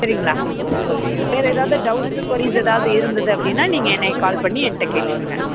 சரிங்களா வேறு எதாவுது டவுட்ஸு கொரீஸ் எதாவது இருந்தது அப்படின்னா நீங்கள் என்னையை கால் பண்ணி என்கிட்ட கேட்டுக்கங்க